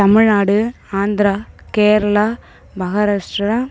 Tamil Nadu Andhra Kerala Maharashtra